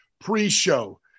pre-show